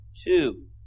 two